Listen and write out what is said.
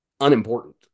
unimportant